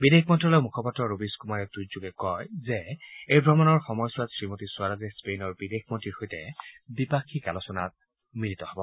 বিদেশ মন্ত্ৰালয়ৰ মুখপাত্ৰ ৰবিশ কুমাৰে টুইটযোগে কয় যে এই ভ্ৰমণৰ সময়ছোৱাত শ্ৰীমতী স্বৰাজে স্পেইনৰ বিদেশমন্ত্ৰীৰ সৈতে দ্বিপাক্ষিক আলোচনাত মিলিত হ'ব